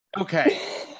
Okay